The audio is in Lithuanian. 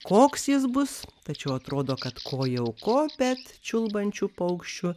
koks jis bus tačiau atrodo kad ko jau ko bet čiulbančių paukščių